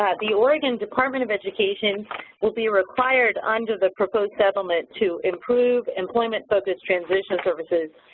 the oregon department of education will be required under the proposed settlement to improve employment focused transition services,